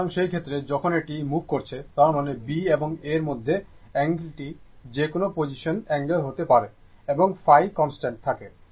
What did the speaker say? সুতরাং সেই ক্ষেত্রে যখন এটি মুভ করছে তার মানে B এবং A এর মধ্যে অ্যাঙ্গেল টি যে কোনও পজিশন অ্যাঙ্গেলে হতে পারে এবং φ কনস্ট্যান্ট থাকে